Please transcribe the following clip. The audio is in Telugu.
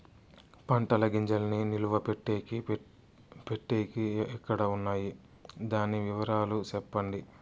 పంటల గింజల్ని నిలువ పెట్టేకి పెట్టేకి ఎక్కడ వున్నాయి? దాని వివరాలు సెప్పండి?